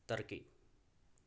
ترکی